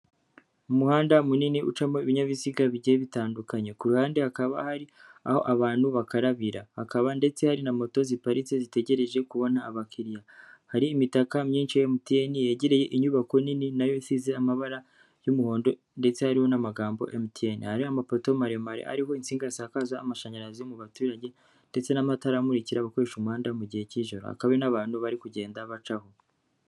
Umuhanda munini ucamo ibinyabiziga bigiye bitandukanye ku ruhande hakaba hari aho abantu bakarabira hakaba ndetse hari na moto ziparitse zitegereje kubona abakiriya hari imitaka myinshi mtn yegereye inyubako nini nayo isize amabara y'umuhondo ndetse hari n'amagambo ya mtn hari amapoto maremare ariho insinga zisakaza amashanyarazi mu baturage ndetse n'amatara amurikira abakoresha umuhanda mu gihe cy'ijoro hakaba n'abantu bari kugenda bacaho.